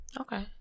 Okay